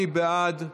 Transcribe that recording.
מי בעד?